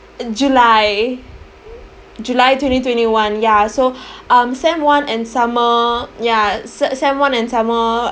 july july twenty twenty one yeah so um sem one and summer yeah se~ sem one and summer